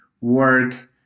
work